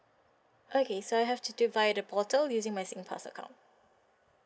okay so I have to using my singpass account